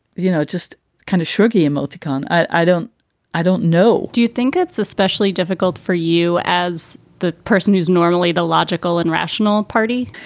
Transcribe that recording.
you know, just kind of shrugging emoticon. i don't i don't know do you think that's especially difficult for you as the person who's normally the logical and rational party?